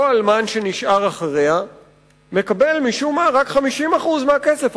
אותו אלמן שנשאר אחריה מקבל משום מה רק 50% מהכסף,